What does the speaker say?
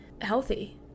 healthy